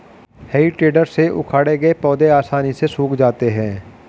हेइ टेडर से उखाड़े गए पौधे आसानी से सूख जाते हैं